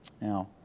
Now